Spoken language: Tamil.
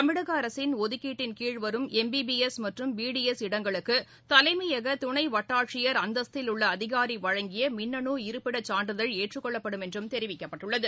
தமிழகஅரசின் ஒதுக்கீட்டின் கீழ் வரும் எம்பிபிஎஸ் மற்றும் பிடிஎஸ் இடங்களுக்குதலைமையகதுணைவட்டாட்சியர் அந்தஸ்தில் உள்ளஅதிகாரிவழங்கியமின்னனு இருப்பிடச் சான்றிதழ் ஏற்றுக் கொள்ளப்படும் என்றுதெரிவிக்கப்பட்டுள்ளது